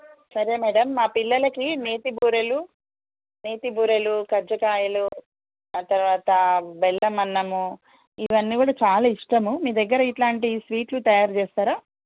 సరే మ్యాడమ్ మా పిల్లలకి నేతి బూరెలు నేతి బూరెలు కజ్జికాయలు ఆ తర్వాత బెల్లం అన్నము ఇవన్నీ కూడా చాలా ఇష్టము మీ దగ్గర ఇట్లాంటి స్వీట్లు తయారు చేస్తారా